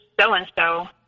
so-and-so